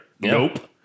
Nope